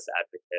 advocate